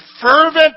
fervent